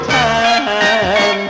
time